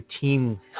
team